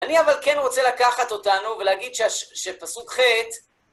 אני אבל כן רוצה לקחת אותנו ולהגיד שפסוק ח'